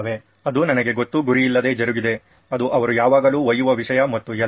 ಅದು ನನಗೆ ಗೊತ್ತು ಗುರಿಯಿಲ್ಲದೆ ಜರುಗಿದೆ ಅದು ಅವರು ಯಾವಾಗಲೂ ಒಯ್ಯುವ ವಿಷಯ ಮತ್ತು ಎಲ್ಲವೂ